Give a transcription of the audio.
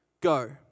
go